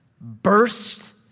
burst